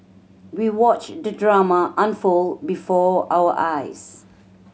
we watched the drama unfold before our eyes